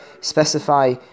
specify